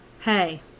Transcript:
hey